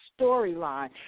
storyline